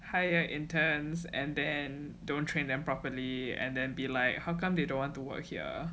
hire interns and then don't train them properly and then be like how come you don't want to work here